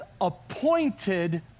appointed